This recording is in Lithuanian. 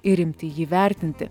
ir imti jį vertinti